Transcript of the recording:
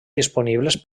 disponibles